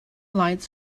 lights